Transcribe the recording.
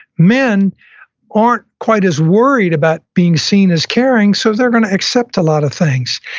men aren't quite as worried about being seen as caring, so they're going to accept a lot of things.